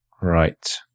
right